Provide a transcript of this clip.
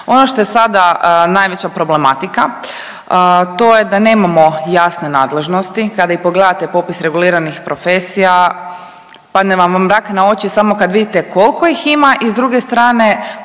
Ono što je sada najveća problematika, to je da nemamo jasne nadležnosti. Kada i pogledate popis reguliranih profesija padne vam mrak na oči samo kad vidite koliko ih ima i s druge strane